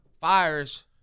fires